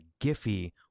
Giphy